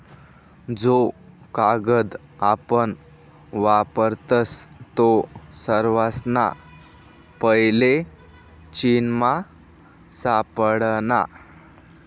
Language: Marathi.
जो कागद आपण वापरतस तो सर्वासना पैले चीनमा सापडना